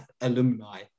alumni